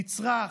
נצרך,